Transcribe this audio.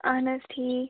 اہن حظ ٹھیٖک